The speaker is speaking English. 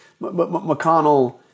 McConnell –